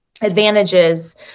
advantages